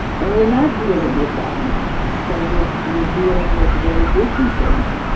and we're not dealing with that now. so we're we're dealing with very different things.